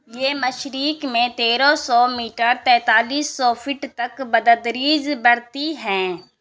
یہ مشرق میں تیرہ سو میٹر تیتالیس سو فٹ تک بتدریج بڑھتی ہیں